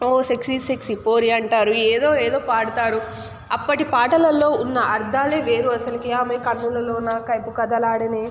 ఓ sexy sexy పోరి అంటారు ఏదో ఏదో పాడుతారు అప్పటి పాటలలో ఉన్న అర్థాలే వేరు అసలుకి ఆమె కన్నులలోన కైపు కదలాడేనే